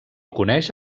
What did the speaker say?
coneix